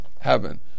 heaven